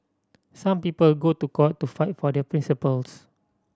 some people go to court to fight for their principles